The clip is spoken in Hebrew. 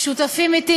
שותפים אתי,